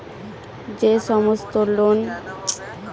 যে সমস্ত লোন দেওয়া হয় সেগুলোর অ্যাপ্লিকেশন পাওয়া যায়